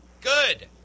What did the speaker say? Good